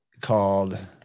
called